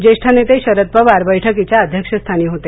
ज्येष्ठ नेते शरद पवार बैठकीच्या अध्यक्षस्थानी होते